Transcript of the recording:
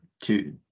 two